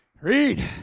Read